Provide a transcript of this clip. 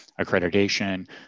accreditation